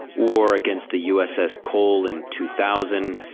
or against the uss cole in two thousand.